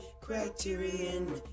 Criterion